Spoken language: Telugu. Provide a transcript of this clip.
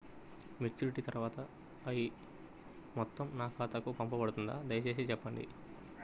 మెచ్యూరిటీ తర్వాత ఆ మొత్తం నా ఖాతాకు పంపబడుతుందా? దయచేసి చెప్పండి?